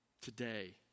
Today